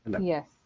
Yes